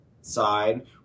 side